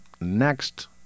next